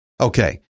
Okay